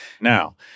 Now